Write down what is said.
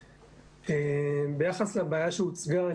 ביחס לבעיה שהוצגה,